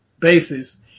basis